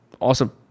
awesome